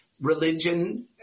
religion